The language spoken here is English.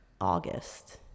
August